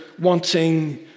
wanting